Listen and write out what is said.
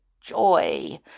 joy